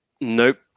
Nope